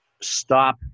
stop